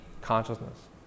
consciousness